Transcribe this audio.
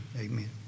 amen